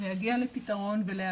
להגיע לפתרון ולהבין.